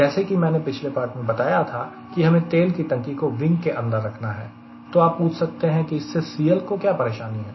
जैसा कि मैंने पिछले पाठ में बताया था कि हमें तेल की टंकी को विंग के अंदर रखना है तो आप पूछ सकते हैं की इससे CL को क्या परेशानी है